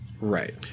Right